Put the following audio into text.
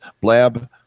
Blab